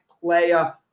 player